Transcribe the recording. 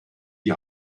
die